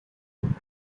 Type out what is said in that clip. him